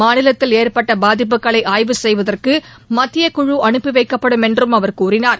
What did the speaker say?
மாநிலத்தில் ஏற்பட்ட பாதிப்புகளை ஆய்வு செய்வதற்கு மத்திய குழு அனுப்பி வைக்கப்படும் என்றும் அவர் கூறினார்